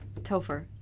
Topher